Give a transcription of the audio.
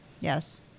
Yes